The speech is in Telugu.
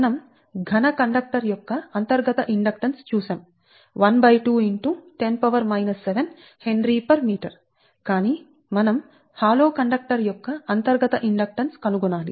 మనం ఘన కండక్టర్ యొక్క అంతర్గత ఇండక్టెన్స్ చూసాం12 x 10 7Hm కానీ మనం హాలోబోలు కండక్టర్ యొక్క అంతర్గత ఇండక్టెన్స్ కనుగొనాలి